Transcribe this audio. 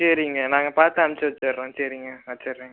சரிங்க நாங்கள் பார்த்து அனுப்பிச்சி வச்சுடுறோம் சரிங்க வச்சுட்றேங்க